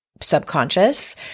subconscious